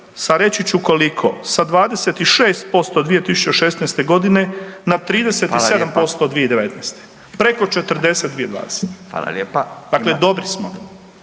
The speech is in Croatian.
sa reći ću koliko, sa 26% 2016.g. na 37% 2019., preko 40% 2020., dakle dobri smo,